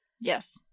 Yes